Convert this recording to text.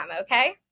okay